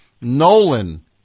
Nolan